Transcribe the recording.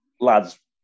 lads